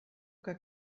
que